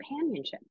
companionship